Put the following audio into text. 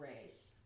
race